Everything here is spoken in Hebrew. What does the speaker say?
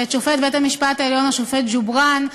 ושופט בית-המשפט העליון השופט ג'ובראן.